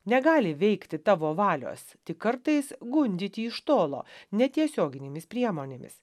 negali veikti tavo valios tik kartais gundyti iš tolo netiesioginėmis priemonėmis